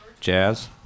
Jazz